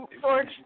George